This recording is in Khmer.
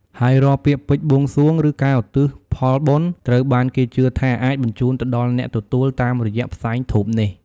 ហើយរាល់ពាក្យពេចន៍បួងសួង ឬការឧទ្ទិសផលបុណ្យ ត្រូវបានគេជឿថាអាច បញ្ជូនទៅដល់អ្នកទទួល តាមរយៈផ្សែងធូបនេះ។